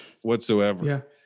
whatsoever